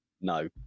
no